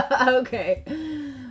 Okay